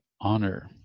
honor